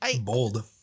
Bold